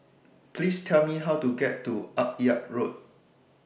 Please Tell Me How to get to Akyab Road